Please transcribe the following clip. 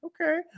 Okay